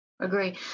Agree